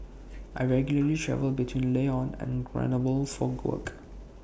I regularly travel between Lyon and Grenoble for work